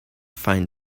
find